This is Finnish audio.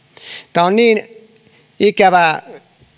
tämä lainsäädäntökehitys länsimaissa on mielestäni niin ikävää